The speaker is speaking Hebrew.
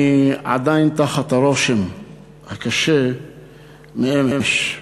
אני עדיין תחת הרושם הקשה מאמש.